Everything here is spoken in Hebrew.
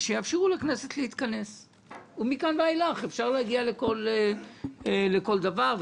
שיאפשרו לכנסת להתכנס ומכאן ואילך אפשר יהיה לדון בכל דבר.